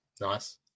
Nice